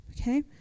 Okay